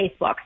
facebook